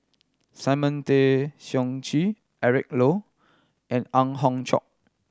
Simon Tay Seong Chee Eric Low and Ang Hiong Chiok